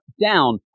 down